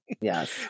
Yes